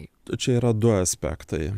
tai čia yra du aspektai